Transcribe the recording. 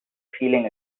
feeling